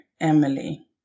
Emily